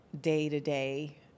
day-to-day